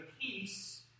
peace